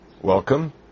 Welcome